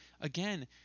again